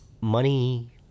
Money